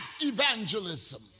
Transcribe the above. evangelism